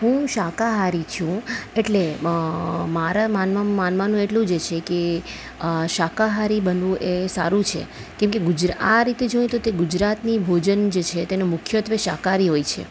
હું શાકાહારી છું એટલે મારા માનવા માનવાનું એટલું જ છે કે શાકાહારી બનવું એ સારું છે કેમકે આ રીતે જોઈએ તો તે ગુજરાતની ભોજન જે છે તેનો મુખ્યત્ત્વે શાકાહારી હોય છે